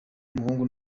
umuhungu